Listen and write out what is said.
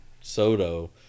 Soto